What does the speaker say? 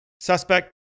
Suspect